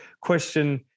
question